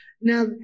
Now